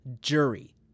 Jury